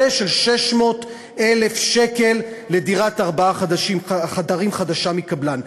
של 600,000 שקל לדירת ארבעה חדרים חדשה מקבלן.